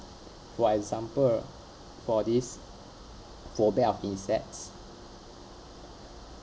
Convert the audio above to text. for example for this phobia of insects